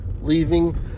leaving